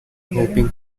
hoping